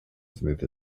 smith